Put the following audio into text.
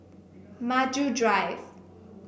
Maju Drive